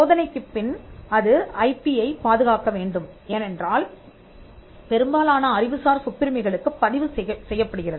சோதனைக்குப் பின் அது ஐபியை பாதுகாக்க வேண்டும் ஏனென்றால் பெரும்பாலான அறிவுசார் சொத்துரிமைகளுக்குப் பதிவு செய்யப்படுகிறது